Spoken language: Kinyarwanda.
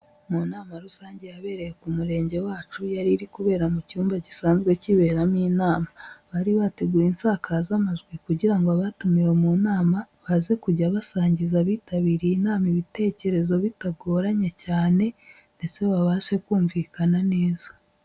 Mu nama rusange yabereye ku murenge wacu, yari iri kubera mu cyumba gisanzwe kiberamo inama, bari bateguye insakazamajwi kugira ngo abatumiwe mu nama baze kujya basangiza abitabiriye inama ibitekerezo bitagoranye cyane ndetse babashe kumvikana neza.